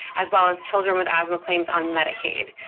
as well as children with asthma claims on medicaid.